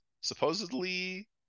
supposedly